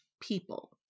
people